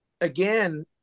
Again